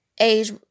age